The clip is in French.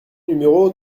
numéro